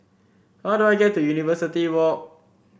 how do I get to University Walk